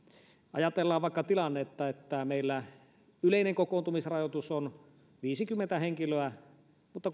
ajatellaan vaikka tilannetta että meillä yleinen kokoontumisrajoitus on viisikymmentä henkilöä mutta